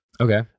Okay